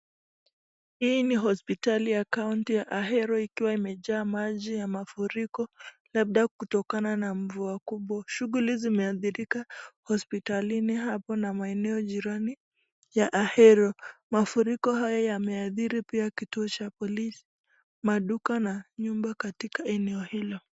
Hii ni hospitali ya kaunti ya Ahero ikiwa imejaa maji ya mafuriko labda kutokana na mvua kubwa. Shughuli zimeathirika hospitalini hapo na maeneo jirani ya Ahero. Mafuriko haya yameathiri pia kituo cha polisi, maduka na nyumba katika eneo hilo.